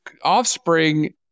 offspring